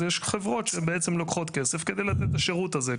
אז יש חברות שלוקחות כסף כדי לתת את השירות הזה.